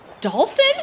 dolphin